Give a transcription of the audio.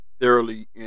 thoroughly